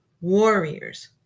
warriors